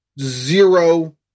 zero